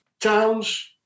towns